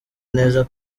neza